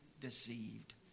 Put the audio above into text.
deceived